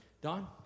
don